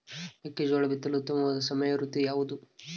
ಮೆಕ್ಕೆಜೋಳ ಬಿತ್ತಲು ಉತ್ತಮವಾದ ಸಮಯ ಋತು ಯಾವುದು?